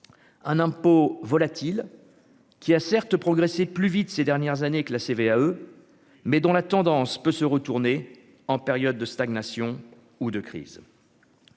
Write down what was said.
un impôt volatile qui a certes progressé plus vite ces dernières années que la CVAE mais dont la tendance peut se retourner en période de stagnation ou de crise.